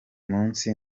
munsi